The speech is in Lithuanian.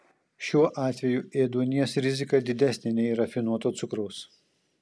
šiuo atveju ėduonies rizika didesnė nei rafinuoto cukraus